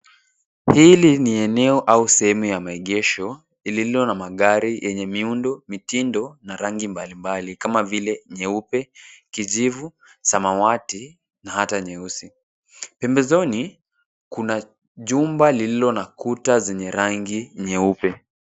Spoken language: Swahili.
Hili ni eneo au sehemu ya maegesho ililo na magari yenye miundo, mitindo na rangi mbalimbali kama vile nyeupe, kijivu, samawati na ata nyeusi. Pembezoni kuna jumba lililo na kuta zenye rangi nyeupe.